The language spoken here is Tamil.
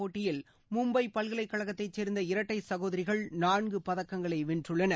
போட்டியில் மும்பை பல்கலைக்கழகத்தைச் சேர்ந்த இரட்டை சகோதரிகள் நான்கு பதக்கங்களை வென்றுள்ளனர்